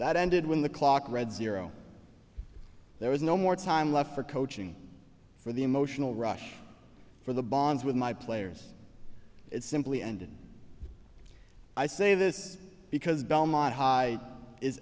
that ended when the clock read zero there was no more time left for coaching for the emotional rush for the bonds with my players it simply ended i say this because belmont high is